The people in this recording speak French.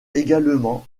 également